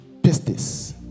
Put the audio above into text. pistis